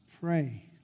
Pray